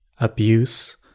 abuse